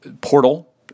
portal